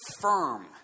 firm